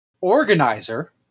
organizer